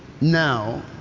now